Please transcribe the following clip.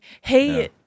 Hey